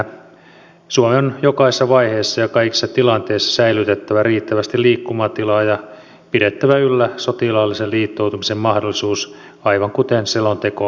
suomen on jokaisessa vaiheessa ja kaikissa tilanteissa säilytettävä riittävästi liikkumatilaa ja pidettävä yllä sotilaallisen liittoutumisen mahdollisuus aivan kuten selonteko toteaa